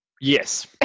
Yes